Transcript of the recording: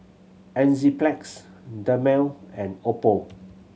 Enzyplex Dermale and Oppo